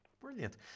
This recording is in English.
Brilliant